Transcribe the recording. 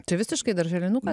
čia visiškai darželinuką